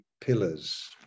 pillars